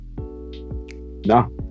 No